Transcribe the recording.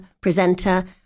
presenter